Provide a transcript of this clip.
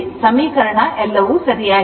ಸಮೀಕರಣ ಎಲ್ಲವೂ ಸರಿಯಾಗಿದೆ